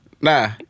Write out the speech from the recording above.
Nah